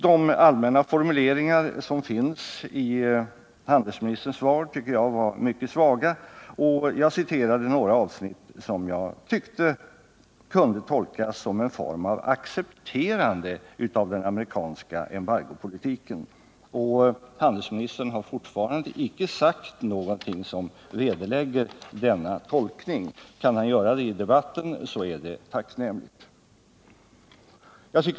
De allmänna formuleringarna i handelsministerns svar tycker jag är mycket svaga, och jag citerade några avsnitt som jag ansåg kunde tolkas som en form av accepterande av den amerikanska embargopolitiken. Handelsministern har ännu inte sagt någonting som vederlägger denna tolkning. Kan han göra det i debatten är det tacknämligt.